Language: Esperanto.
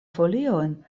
foliojn